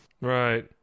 right